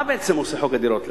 מה בעצם עושה חוק הדירות להשכרה?